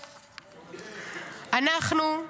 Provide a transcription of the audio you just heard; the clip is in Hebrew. אנחנו,